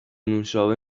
نوشابه